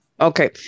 Okay